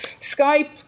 Skype